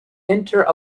enter